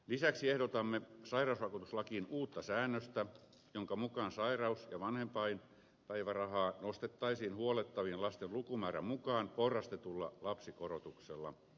lisäksi ehdotamme sairausvakuutuslakiin uutta säännöstä jonka mukaan sairaus ja vanhempainpäivärahaa nostettaisiin huollettavien lasten lukumäärän mukaan porrastetulla lapsikorotuksella